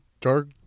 dark